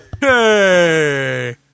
Hey